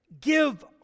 give